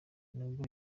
nubwo